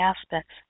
aspects